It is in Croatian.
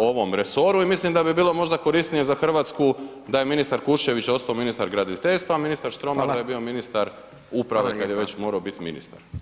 ovom resoru i mislim da bi bilo možda korisnije za Hrvatsku da je ministar Kuščević ostao ministar graditeljstva a ministar Štromar da je bio ministar uprave kad je već morao biti ministar.